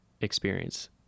experience